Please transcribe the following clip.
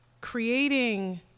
creating